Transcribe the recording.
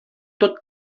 tot